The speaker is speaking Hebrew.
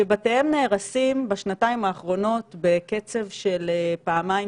שבתיהם נהרסים בשנתיים האחרונות בקצב של פעמיים,